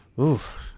oof